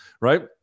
right